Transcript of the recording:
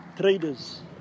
traders